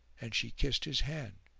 and she kissed his hand,